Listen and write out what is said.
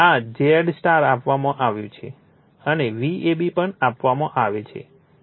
આ Zy આપવામાં આવ્યું છે અને Vab પણ આપવામાં આવે છે